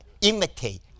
imitate